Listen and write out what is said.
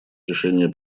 решение